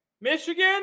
Michigan